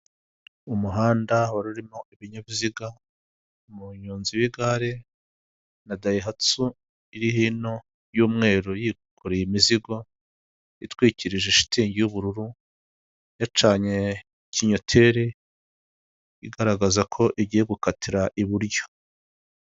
Umuhanda wari urimo ibinyabiziga umuyonzi w'igare na dayihatsu iri hino y'umweru yikoreye imizigo itwikirije shitingi y'ubururu yacanye kinyoteri igaragaza ko igiye gukatira iburyo.